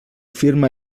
firma